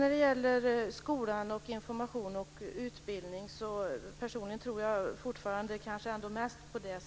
När det gäller skolan, information och utbildning tror jag personligen mest på det